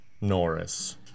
Norris